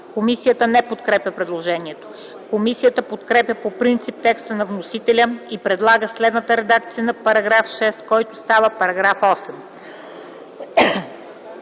Комисията не подкрепя предложението. Комисията подкрепя по принцип текста на вносителя и предлага следната редакция на § 6, който става § 8: „§ 8.